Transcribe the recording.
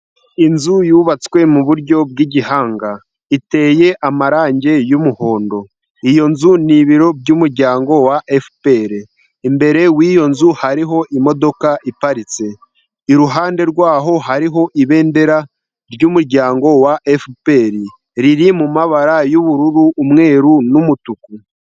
Inzu yubatswe muburyo bw'igihanga. Iteye amarangi yumuhondo. Iyo nzu ni ibiro by'umuryango wa FPR. Imbere w'iyo nzu hariho imodoka iparitse. Iruhande rwaho hariho ibendera ry'muryango wa FPR. Riri mu mabara y'ubururu, umweru n'umutuku.